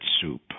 soup